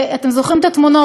אתם זוכרים את התמונות?